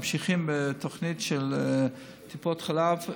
ממשיכים בתוכנית של טיפות חלב.